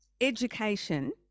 education